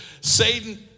Satan